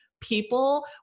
people